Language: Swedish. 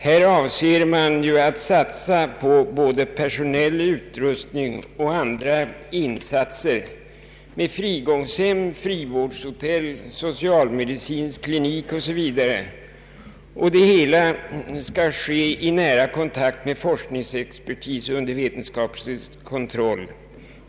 Försöket innebär bl.a. en betydande personell utrustning med satsning på frigångshem, frivårdshotell, socialmedicinsk klinik o.s.v. Det hela skall ske i nära kontakt med forskningsexpertis och under vetenskaplig kontroll.